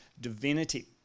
divinity